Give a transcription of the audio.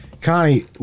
Connie